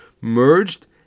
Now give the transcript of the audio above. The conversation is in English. merged